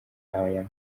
aya